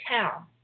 tell